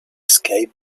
escape